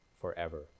forever